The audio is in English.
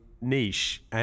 niche